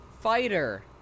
Fighter